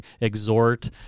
exhort